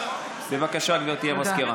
בבקשה, גברתי המזכירה.